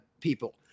people